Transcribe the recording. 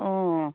অঁ